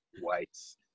whites